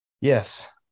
yes